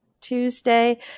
Tuesday